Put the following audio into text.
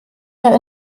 der